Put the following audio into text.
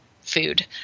food